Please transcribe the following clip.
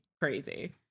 crazy